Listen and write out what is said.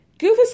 Goofus